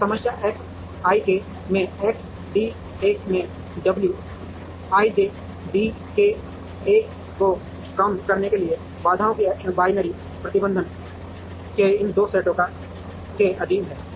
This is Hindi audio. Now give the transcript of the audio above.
तो समस्या एक्स ik में Xdl में wijdkl को कम करने के लिए बाधाओं और बाइनरी प्रतिबंध के इन दो सेटों के अधीन है